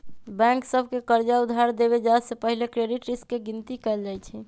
bank सभ के कर्जा उधार देबे जाय से पहिले क्रेडिट रिस्क के गिनति कएल जाइ छइ